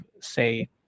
say